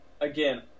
Again